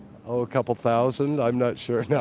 oh a couple thousand? i'm not sure. yeah